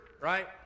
right